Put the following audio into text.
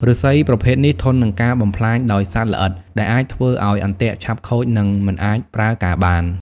ឫស្សីប្រភេទនេះធន់នឹងការបំផ្លាញដោយសត្វល្អិតដែលអាចធ្វើឲ្យអន្ទាក់ឆាប់ខូចនិងមិនអាចប្រើការបាន។